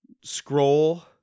scroll